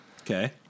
Okay